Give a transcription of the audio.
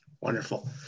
Wonderful